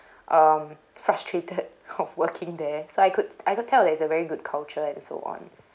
um frustrated of working there so I could I could tell that it's a very good culture and so on